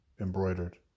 embroidered